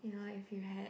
you know if you had